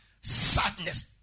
sadness